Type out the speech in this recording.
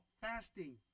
fasting